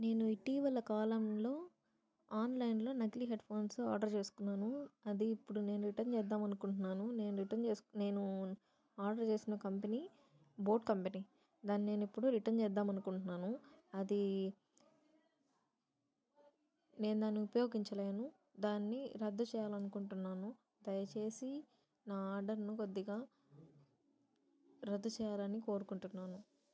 నేను ఇటీవల కాలంలో ఆన్లైన్లో నకిలీ హెడ్ఫోన్స్ ఆర్డర్ చేసుకున్నాను అది ఇప్పుడు నేను రిటర్న్ చేద్దాం అనుకుంటున్నాను నేను రిటర్న్ చేసు నేను ఆర్డర్ చేసిన కంపెనీ బోట్ కంపెనీ దాన్ని నేను ఇప్పుడు రిటర్న్ చేద్దామనుకుంటున్నాను అది నేను దాన్ని ఉపయోగించలేను దాన్ని రద్దు చేయాలనుకుంటున్నాను దయచేసి నా ఆర్డర్ను కొద్దిగా రద్దు చేయాలని కోరుకుంటున్నాను